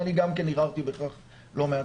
אני גם הרהרתי בכך לא מעט.